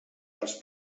als